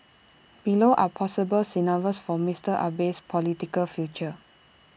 below are possible scenarios for Mister Abe's political future